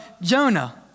Jonah